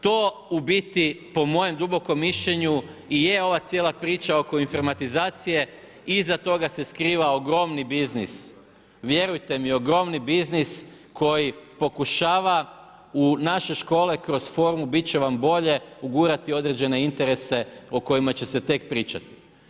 To u biti, po mojem dubokom mišljenju i je ova cijela priča oko informatizacije, iza toga se skrivao ogromni biznis, vjerujte mi ogromni biznis, koji pokušava u naše škole, kroz foru, biti će vam bolje ugurati određene interese o kojima će se tek pričati.